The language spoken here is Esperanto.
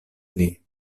pli